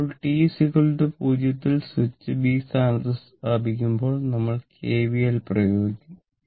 ഇപ്പോൾ t 0 ൽ switch B സ്ഥാനത്ത് സ്ഥാപിക്കുമ്പോൾ നമ്മൾ കെവിഎൽ പ്രയോഗിക്കും